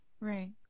Right